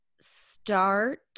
Start